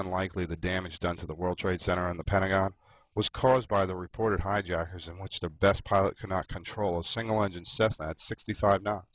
unlikely the damage done to the world trade center and the pentagon was caused by the reported hijackers and what's the best pilot cannot control a single engine cessna at sixty five kno